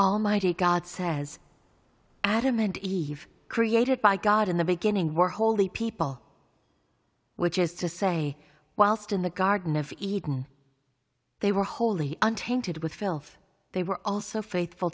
almighty god says adam and eve created by god in the beginning were holy people which is to say whilst in the garden of eden they were wholly untainted with filth they were also faithful